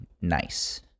nice